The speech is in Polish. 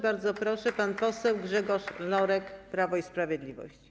Bardzo proszę, pan poseł Grzegorz Lorek, Prawo i Sprawiedliwość.